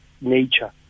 nature